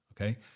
Okay